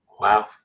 Wow